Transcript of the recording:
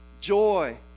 joy